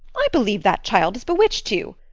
i believe that child has bewitched you!